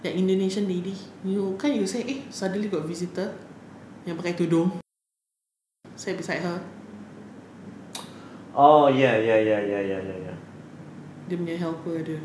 that indonesian lady you know kan you say eh suddenly got visitor yang pakai tudung stand beside her dia punya helper dia